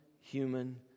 human